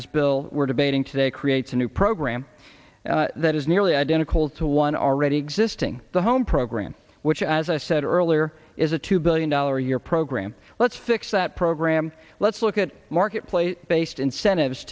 is bill we're debating today creates a new program that is nearly identical to one already existing home program which as i said earlier is a two billion dollar a year program let's fix that program let's look at marketplace based incentives